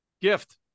Gift